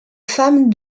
femme